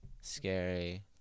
scary